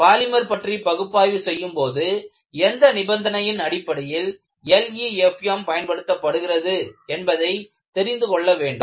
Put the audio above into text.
polymer பற்றி பகுப்பாய்வு செய்யும் போது எந்த நிபந்தனையின் அடிப்படையில் LEFM பயன்படுத்தப்படுகிறது என்பதை தெரிந்து கொள்ள வேண்டும்